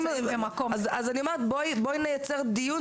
בואי נייצר דיון.